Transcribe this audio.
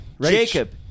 Jacob